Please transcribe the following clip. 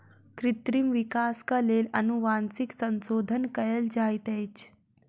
कृत्रिम विकासक लेल अनुवांशिक संशोधन कयल जाइत अछि